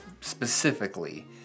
specifically